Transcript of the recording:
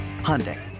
Hyundai